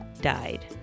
died